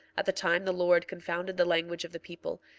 at the time the lord confounded the language of the people,